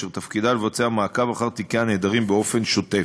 אשר תפקידה לבצע מעקב אחר תיקי הנעדרים באופן שוטף.